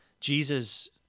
Jesus